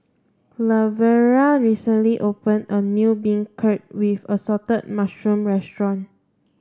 Laverna recently open a new beancurd with assorted mushrooms restaurant